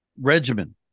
regimen